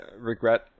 regret